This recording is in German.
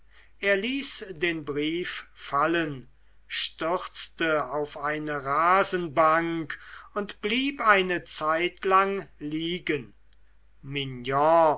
er ließ den brief fallen stürzte auf eine rasenbank und blieb eine zeitlang liegen mignon